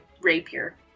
rapier